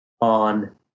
on